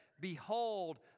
Behold